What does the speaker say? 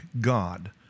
God